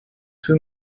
two